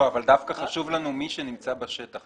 דווקא חשוב לנו מי שנמצא בשטח.